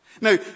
Now